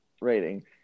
rating